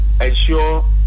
ensure